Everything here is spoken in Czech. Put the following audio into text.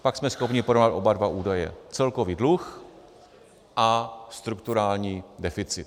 Pak jsme schopni porovnat oba údaje celkový dluh a strukturální deficit.